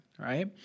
right